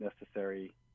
necessary